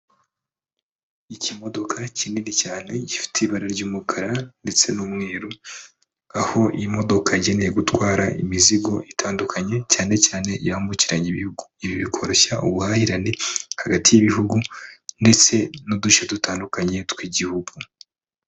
Ikimodoka kinini cyane gifite ibara ry'umukara ndetse n'umweru, aho imodoka yagenewe gutwara imizigo itandukanye cyane cyane yambukiranya ibihugu, ibi bikoroshya ubuhahirane hagati y'ibihugu ndetse n'uduce dutandukanye tw'igihugu.